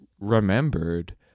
remembered